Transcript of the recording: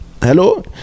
Hello